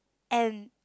and